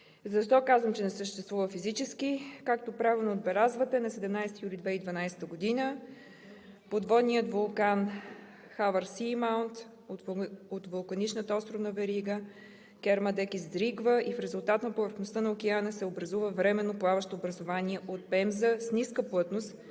Защо казвам, че не съществува физически? Както правилно отбелязвате, на 17 юли 2012 г. подводният вулкан „Хавърсиймаунт“ от вулканичната островна верига „Кермадек“ изригва и в резултат на повърхността на океана се образува временно плаващо образование от пемза с ниска плътност,